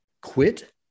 quit